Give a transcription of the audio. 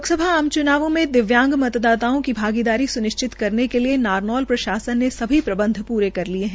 लोकसभा आम चूनावों में दिव्यांग मतदाताओं की भागीदारी सुनिश्चित करने के लिए नारनौल प्रशासन ने सभी प्रबंध प्रे कर लिए हैं